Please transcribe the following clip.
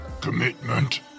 Commitment